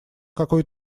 какой